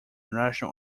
national